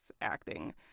acting